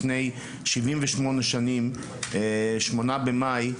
לפני כ-78 שנים, ב-08 במאי,